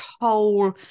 whole